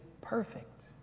perfect